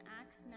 Acts